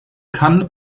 kann